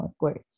words